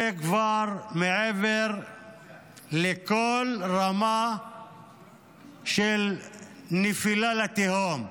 זה כבר מעבר לכל רמה של נפילה לתהום,